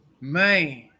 man